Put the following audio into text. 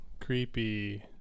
creepy